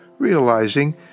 Realizing